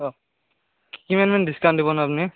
অ' কিমান মান ডিস্কাউণ্ট দিব নো আপুনি